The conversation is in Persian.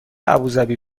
ابوذبی